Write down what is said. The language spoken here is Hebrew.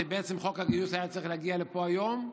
שבעצם חוק הגיוס היה צריך להגיע לפה היום.